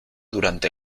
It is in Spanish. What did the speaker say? durante